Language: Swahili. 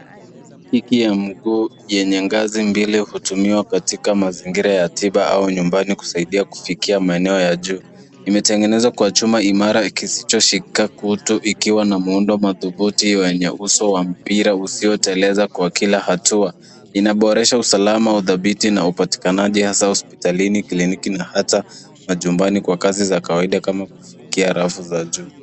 Liki ya mguu yenye ngazi mbili hutumika katika mazingira ya tiba au nyumbani kusaidia kufikia maeneo ya juu. Imetengenezwa kwa chuma imara kisichoshika kutu ikiwa na muundo madhubuti wenye uso wa mpira usioteleza kwa kila hatua. Inaboresha usalama wa uthabiti na upatikanaji hasa hospitalini, kliniki na hata majumbani kwa kazi za kawaida kama kufikia rafu za juu.